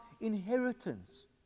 inheritance